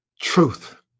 Truth